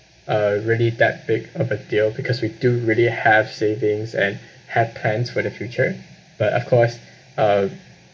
a really that big of a deal because we do really have savings and had plans for the future but of course uh